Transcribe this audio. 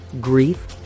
grief